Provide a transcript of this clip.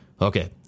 Okay